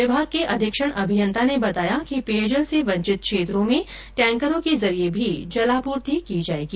विभाग के अधीक्षण अभियंता ने बताया कि पेयजल से वंचित क्षेत्रों में टैंकरों के जरिये भी जलापूर्ति की जायेगी